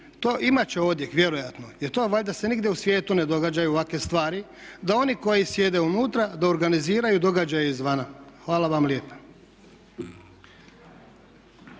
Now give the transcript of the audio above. to imati će odjek vjerojatno jer to valjda se nigdje u svijetu događaju ovakve stvari da oni koji sjede unutra da organiziraju događaje izvana. Hvala vam lijepa.